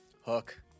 hook